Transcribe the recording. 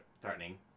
threatening